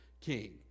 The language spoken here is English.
king